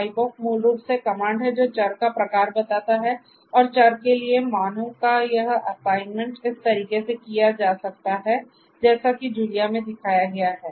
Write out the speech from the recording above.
typeof मूल रूप से कमांड है जो चर का प्रकार बताता हैं और चर के लिए मानों का यह असाइनमेंट इस तरीके से किया जा सकता है जैसा कि जूलिया में दिखाया गया है